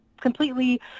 completely